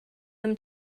them